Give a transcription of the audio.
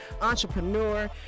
entrepreneur